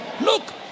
Look